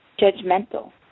Judgmental